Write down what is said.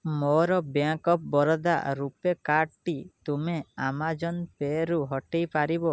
ମୋର Bank of Baroda RuPay କାର୍ଡ଼ଟି ତୁମେ ଆମାଜନ୍ ପେରୁ ହଟେଇ ପାରିବ